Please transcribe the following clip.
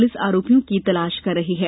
police आरोपियों की तलाश कर रही है